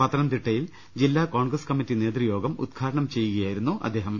പത്തനംതിട്ടയിൽ ജില്ലാ കോൺഗ്രസ് കമ്മിറ്റി നേതൃയോഗം ഉദ്ഘാടനം ചെയ്യുകയായിരുന്നു അദ്ദേഹം